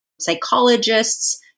psychologists